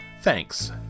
Thanks